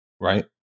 right